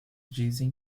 dizem